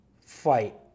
fight